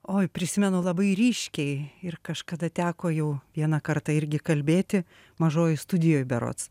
oi prisimenu labai ryškiai ir kažkada teko jau vieną kartą irgi kalbėti mažoj studijoj berods